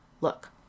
Look